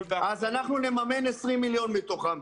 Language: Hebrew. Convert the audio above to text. --- אז אנחנו נממן 20 מיליון מתוכם,